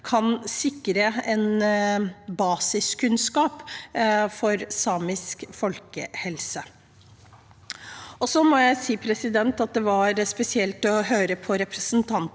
kan sikre basiskunnskap for samisk folkehelse. Så må jeg si at det var spesielt å høre representanten